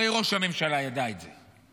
הרי ראש הממשלה ידע את זה.